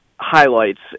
highlights